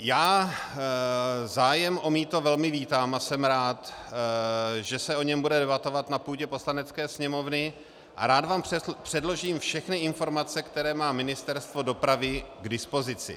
Já zájem o mýto velmi vítám a jsem rád, že se o něm bude debatovat na půdě Poslanecké sněmovny, a rád vám předložím všechny informace, které má Ministerstvo dopravy k dispozici.